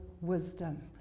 wisdom